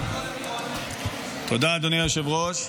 תודה, אדוני היושב-ראש.